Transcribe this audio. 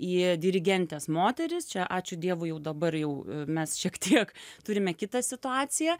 į dirigentes moteris čia ačiū dievui jau dabar jau mes šiek tiek turime kitą situaciją